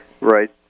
Right